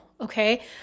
okay